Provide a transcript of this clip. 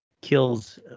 kills